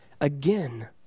again